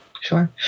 Sure